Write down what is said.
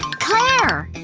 clair!